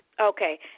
Okay